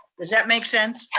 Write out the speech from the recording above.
does that make sense?